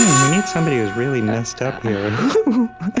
we need somebody who's really messed up here.